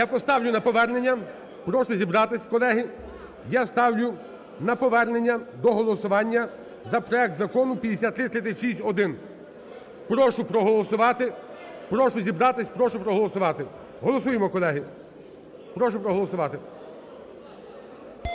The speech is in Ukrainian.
Я поставлю на повернення. Прошу зібратись, колеги. Я ставлю на повернення до голосування за проект закону 5336-1. Прошу проголосувати, прошу зібратись, прошу проголосувати. Голосуємо, колеги. Прошу проголосувати.